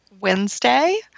Wednesday